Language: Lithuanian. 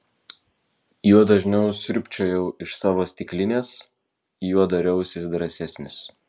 juo dažniau sriubčiojau iš savo stiklinės juo dariausi drąsesnis